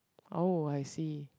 oh I see